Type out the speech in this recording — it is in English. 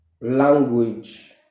language